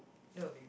that'll be